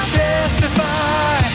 testify